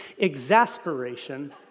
exasperation